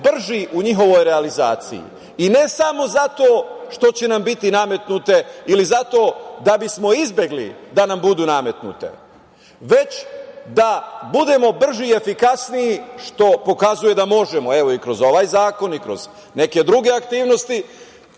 brži u njihovoj realizaciji i ne samo zato što će nam biti nametnute ili da bismo izbegli da nam bude nametnute, već da budemo brži i efikasniji, što pokazuje da možemo, evo, i kroz ovaj zakon i kroz neke druge aktivnost,